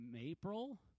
April